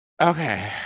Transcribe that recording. okay